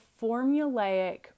formulaic